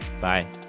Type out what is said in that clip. Bye